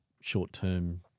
short-term